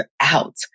out